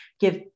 give